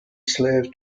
slave